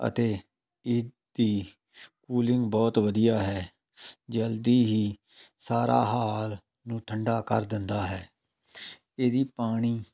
ਅਤੇ ਇਹਦੀ ਕੂਲਿੰਗ ਬਹੁਤ ਵਧੀਆ ਹੈ ਜਲਦੀ ਹੀ ਸਾਰਾ ਹਾਲ ਨੂੰ ਠੰਡਾ ਕਰ ਦਿੰਦਾ ਹੈ ਇਹਦੀ ਪਾਣੀ